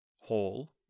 hall